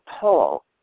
poll